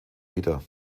wieder